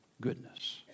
goodness